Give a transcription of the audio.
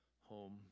home